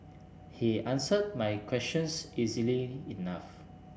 he answered my questions easily enough